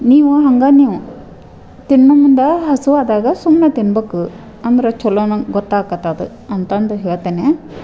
ನೀವು ಹಂಗೆ ನೀವು ತಿನ್ನು ಮುಂದೆ ಹಸಿವಾದಾಗ ಸುಮ್ಮನೆ ತಿನ್ಬೇಕು ಅಂದ್ರೆ ಚೊಲೋ ನಂಗೆ ಗೊತ್ತಾಗತ್ತ ಅದು ಅಂತಂದು ಹೇಳ್ತೇನೆ